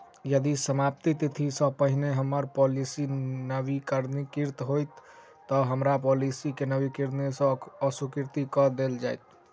यदि समाप्ति तिथि सँ पहिने हम्मर पॉलिसी नवीनीकृत नहि होइत तऽ की हम्मर पॉलिसी केँ नवीनीकृत सँ अस्वीकृत कऽ देल जाइत?